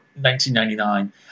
1999